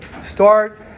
start